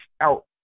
out